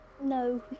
No